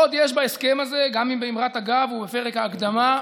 עוד יש בהסכם הזה, גם אם באמרת אגב ובפרק ההקדמה,